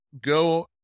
go